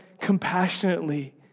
compassionately